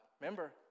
Remember